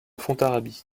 fontarabie